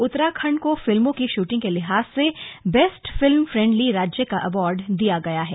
उत्तराखंड को फिल्मों की शूटिंग के लिहाज से बेस्ट फिल्म फ्रेंडली राज्य का अवार्ड दिया गया है